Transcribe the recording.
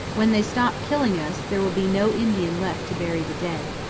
when they stop killing us, there will be no indian left to bury the dead.